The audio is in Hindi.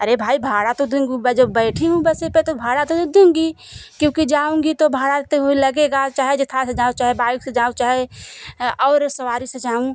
अरे भाई भाड़ा तो जब बैठी हूँ बसे पे तो भाड़ा दूँगी क्योंकि जाऊँगी तो भाड़ा ते हुए लगेगा चाहे जेथा से जाऊँ चाहे बाइक से जाऊँ चाहे ए और सवारी से जाऊँ